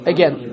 Again